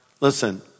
Listen